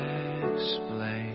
explain